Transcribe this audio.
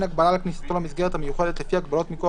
הגבלה על כניסתו למסגרת המיוחדת לפי הגבלות מכוח